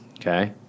Okay